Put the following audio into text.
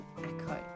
ECHO